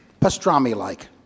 pastrami-like